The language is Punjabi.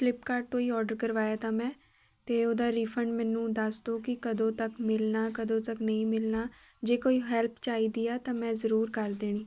ਫਲਿੱਪਕਾਰਟ ਤੋਂ ਹੀ ਔਡਰ ਕਰਵਾਇਆ ਤਾ ਮੈਂ ਤੇ ਉਹਦਾ ਰੀਫੰਡ ਮੈਨੂੰ ਦੱਸ ਦੋ ਕਿ ਕਦੋਂ ਤੱਕ ਮਿਲਣਾ ਕਦੋਂ ਤੱਕ ਨਹੀਂ ਮਿਲਣਾ ਜੇ ਕੋਈ ਹੈਲਪ ਚਾਹੀਦੀ ਆ ਤਾਂ ਮੈਂ ਜ਼ਰੂਰ ਕਰ ਦੇਣੀ